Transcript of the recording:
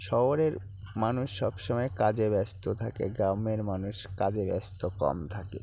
শহরের মানুষ সব সময় কাজে ব্যস্ত থাকে গ্রামের মানুষ কাজে ব্যস্ত কম থাকে